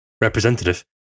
representative